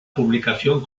publicación